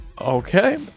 Okay